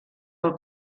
pel